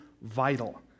vital